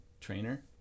trainer